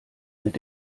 mit